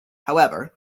however